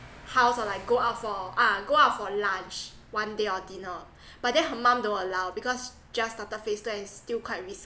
house or like go out for ah go out for lunch one day or dinner but then her mum don't allow because just started phase two and still quite risky